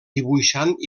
dibuixant